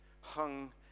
hung